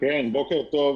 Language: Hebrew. בוקר טוב,